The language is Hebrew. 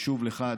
ושוב לך,